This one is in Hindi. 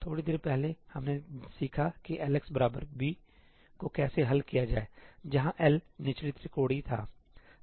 थोड़ी देर पहले हमने सीखा कि Lx bको कैसे हल किया जाए जहां L निचली त्रिकोणीय था